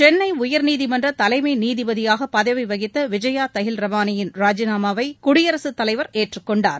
சென்னை உயர்நீதிமன்ற தலைமை நீதிபதியாக பதவி வகித்த விஜயா தகில் ரமானியின் ராஜினாமாவை குடியரசுத் தலைவர் ஏற்றுக் கொண்டார்